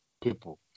people